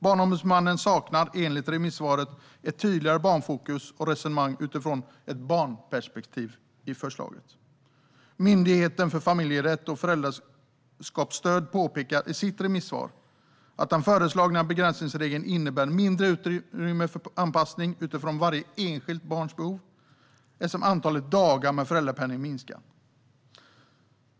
Barnombudsmannen saknar, enligt sitt remissvar, ett tydligare barnfokus och resonemang utifrån ett barnperspektiv i förslaget. Myndigheten för familjerätt och föräldraskapsstöd påpekar i sitt remissvar att den föreslagna begränsningsregeln innebär mindre utrymme för anpassning utifrån varje enskilt barns behov, eftersom antalet dagar med föräldrapenning minskar.